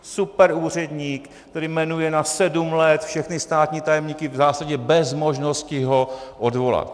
Superúředník, který jmenuje na sedm let všechny státní tajemníky v zásadě bez možnosti ho odvolat.